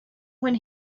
when